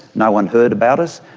no one heard about us,